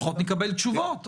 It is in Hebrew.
לפחות נקבל תשובות,